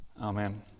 Amen